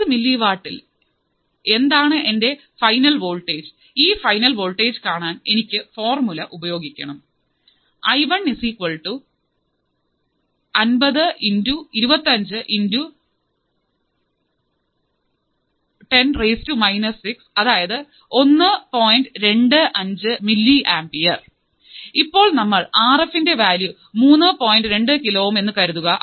അൻപത് മില്ലി വാട്ടിൽ എന്താണ് എൻറെ ഫൈനൽ വോൾട്ടേജ് ഈ ഫൈനൽ വോൾട്ടേജ് കാണാൻ എനിക്ക് ഫോർമുല ഉപയോഗിക്കണം ഇപ്പോൾ നമ്മൾ ആർ എഫിന്റെ വാല്യൂ മൂന്ന് പോയിൻറ് രണ്ട് കിലോ ഓം എന്ന് കരുതുക